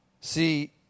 See